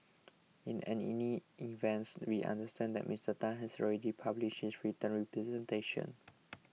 in any events we understand that Mister Tan has already published his written representation